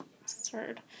Absurd